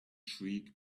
shriek